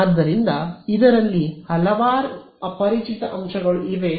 ಆದ್ದರಿಂದ ಇದರಲ್ಲಿ ಹಲವಾರು ಅಪರಿಚಿತ ಅಂಶಗಳು ಇವೆ ಎಂದು ನಾನು ಹೇಳಬಲ್ಲೆ